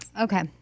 Okay